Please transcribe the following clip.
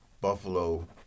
Buffalo